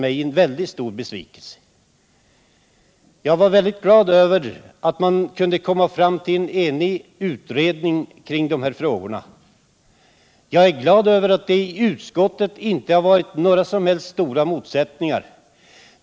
Jag var mycket glad över att 1972 års jordbruksutredning kunde komma fram till ett enigt utredningsbetänkande i dessa frågor och över att det i utskottet inte har varit några som helst större motsättningar.